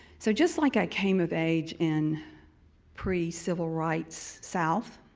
so just like i came of age in pre-civil rights south,